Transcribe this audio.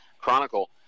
Chronicle